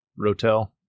rotel